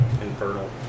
Infernal